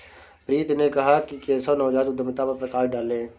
प्रीति ने कहा कि केशव नवजात उद्यमिता पर प्रकाश डालें